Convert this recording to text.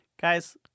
Guys